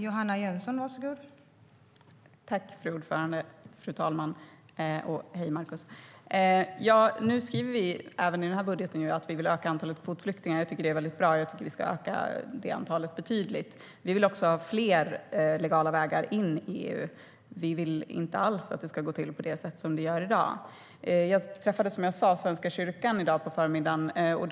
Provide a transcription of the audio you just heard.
Fru talman! Nu skriver vi även i den här budgeten att vi vill öka antalet kvotflyktingar. Jag tycker att det är väldigt bra, och jag tycker att vi ska öka det antalet betydligt. Vi vill också ha fler legala vägar in i EU. Vi vill inte alls att det ska gå till på det sätt som det gör i dag. Som jag sa träffade jag i dag på förmiddagen Svenska kyrkan.